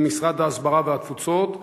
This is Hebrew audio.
עם משרד ההסברה והתפוצות?